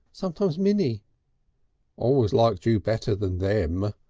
sometimes minnie always liked you better than them,